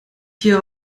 hier